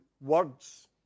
words